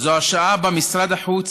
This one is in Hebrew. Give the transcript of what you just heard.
זו השעה שבה משרד החוץ